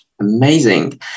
Amazing